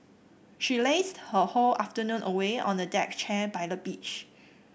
she lazed her whole afternoon away on a deck chair by the beach